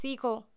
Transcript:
सीखो